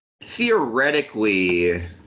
theoretically